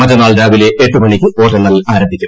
മറ്റന്നാൾ രാവിലെ എട്ടു മണിക്ക് വോട്ടെണ്ണൽ ആരംഭിക്കും